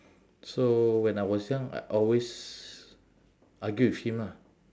so when I was young I always argue with him ah